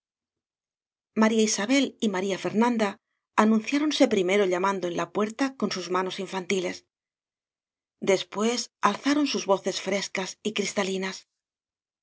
maría isabel y maría fernanda anunciá ronse primero llamando en la puerta con sus manos infantiles después alzaron sus voces frescas y cristalinas